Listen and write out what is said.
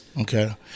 Okay